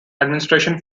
administration